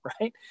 Right